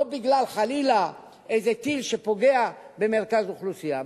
לא בגלל חלילה איזה טיל שפוגע במרכז אוכלוסייה.